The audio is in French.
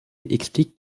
explique